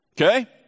Okay